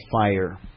fire